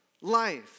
life